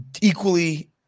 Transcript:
equally